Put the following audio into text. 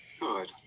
Good